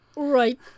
Right